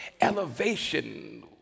elevation